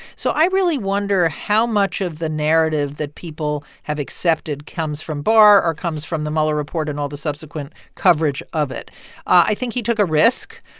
so i really wonder how much of the narrative that people have accepted comes from barr or comes from the mueller report and all the subsequent coverage of it i think he took a risk.